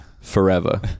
Forever